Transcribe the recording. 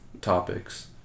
topics